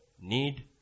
need